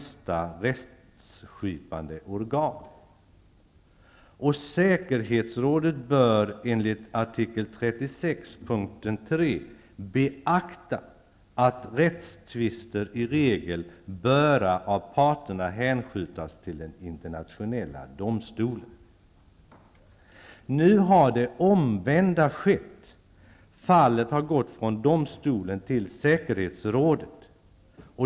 Säkerhetsrådet bör enligt artikel 36 punkt 3 ''beakta, att rättstvister i regel böra av parterna hänskjutas till den internationella domstolen''. Nu har det omvända skett. Fallet har gått från domstolen till säkerhetsrådet.